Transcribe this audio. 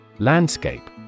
Landscape